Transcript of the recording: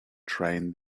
train